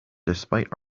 despite